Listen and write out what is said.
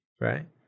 right